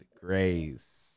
grace